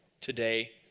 today